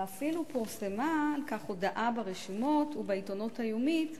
ואפילו פורסמה על כך הודעה ברשומות ובעיתונות היומית,